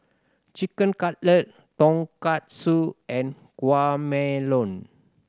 Chicken Cutlet Tonkatsu and Guacamole